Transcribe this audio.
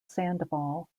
sandoval